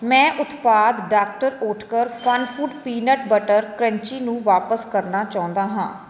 ਮੈਂ ਉਤਪਾਦ doctor Oetker Funfoods peanut butter crunchy ਨੂੰ ਵਾਪਸ ਕਰਨਾ ਚਾਹੁੰਦਾ ਹਾਂ